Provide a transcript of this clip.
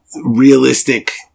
realistic